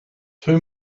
two